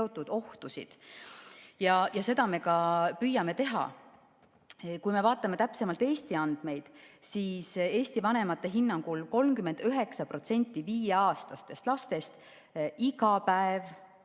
Seda me püüamegi teha. Kui me vaatame täpsemalt Eesti andmeid, siis Eesti vanemate hinnangul 39% viieaastastest lastest iga päev